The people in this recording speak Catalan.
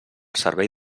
servei